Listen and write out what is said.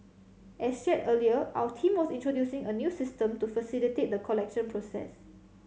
as shared earlier our team was introducing a new system to facilitate the collection process